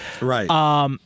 right